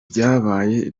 byabaye